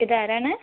ഇതാരാണ്